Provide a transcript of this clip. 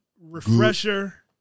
refresher